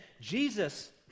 Jesus